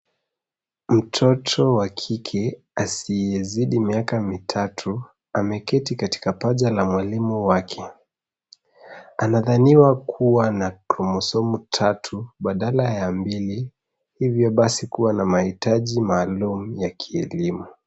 Mtoto wa kike asiyezidi miaka tatu ameketi katika paja la mwalimu wake. Anadhaniwa kua na kromosomu tatu badala ya mbili hivyo basi kua na mahitaji maalum ya kielimu.